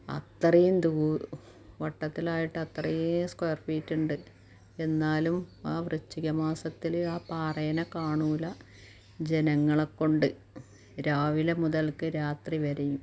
അത്രയും വട്ടത്തിലായിട്ട് അത്രയും സ്ക്വയർ ഫീറ്റ് ഉണ്ട് എന്നാലും ആ വൃശ്ചിക മാസത്തിൽ ആ പാറേന കാണില്ല ജനങ്ങളെ കൊണ്ട് രാവിലെ മുതൽക്ക് രാത്രി വരെയും